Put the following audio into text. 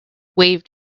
waved